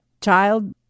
child